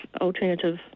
alternative